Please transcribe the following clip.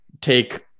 take